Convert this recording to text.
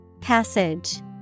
Passage